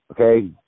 okay